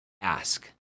ask